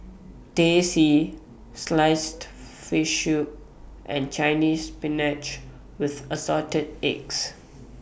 Teh C Sliced Fish Soup and Chinese Spinach with Assorted Eggs